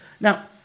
Now